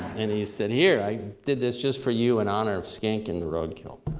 and he said, here! i did this just for you, in honor of skink and the roadkill.